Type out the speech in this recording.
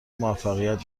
موفقیت